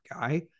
guy